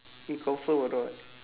you confirm or not